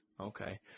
Okay